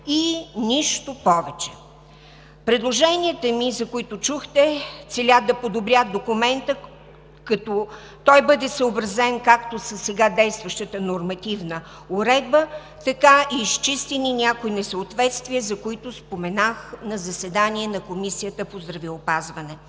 и нищо повече. Предложенията ми, за които чухте, целят да подобрят документа, като той бъде съобразен както със сега действащата нормативна уредба, така и изчистени някои несъответствия, за които споменах на заседание на Комисията по здравеопазването.